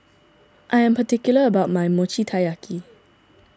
I am particular about my Mochi Taiyaki